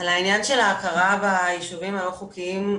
לעניין של ההכרה בישובים הלא חוקיים,